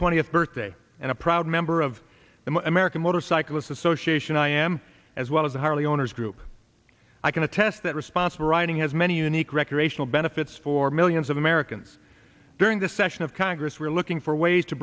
twentieth birthday and a proud member of the american motorcyclists association i am as well as the harley owners group i can attest that responsible writing has many unique recreational benefits for millions of americans during this session of congress were looking for ways to